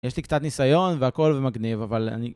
יש לי קצת ניסיון והכל מגניב, אבל אני...